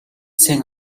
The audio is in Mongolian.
сайн